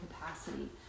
capacity